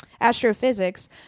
astrophysics